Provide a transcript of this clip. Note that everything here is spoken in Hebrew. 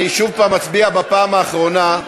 שוב, נצביע, בפעם האחרונה.